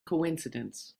coincidence